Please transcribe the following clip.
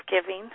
giving